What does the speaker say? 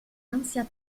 ansia